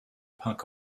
punk